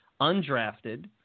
undrafted